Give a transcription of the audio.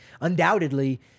undoubtedly